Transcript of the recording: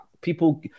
People